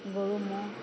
গৰু ম'হ